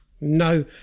No